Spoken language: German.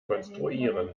konstruieren